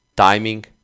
timing